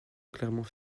clermont